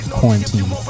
quarantine